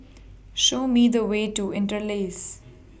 Show Me The Way to Interlace